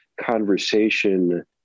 conversation